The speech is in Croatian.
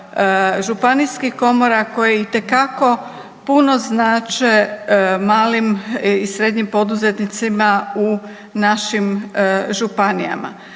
županijskih komora koje itekako puno znače malim i srednjim poduzetnicima u našim županijama.